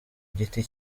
giti